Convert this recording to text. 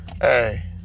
hey